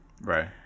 Right